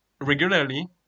regularly